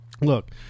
look